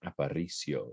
Aparicio